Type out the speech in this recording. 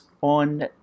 on